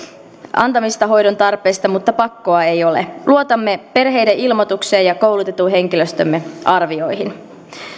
antamista hoidon tarpeesta mutta pakkoa ei ole luotamme perheiden ilmoitukseen ja koulutetun henkilöstömme arvioihin